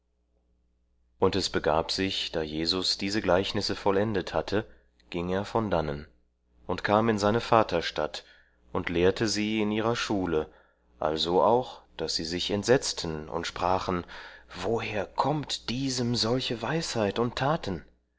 und es begab sich da jesus diese gleichnisse vollendet hatte ging er von dannen und kam in seine vaterstadt und lehrte sie in ihrer schule also auch daß sie sich entsetzten und sprachen woher kommt diesem solche weisheit und taten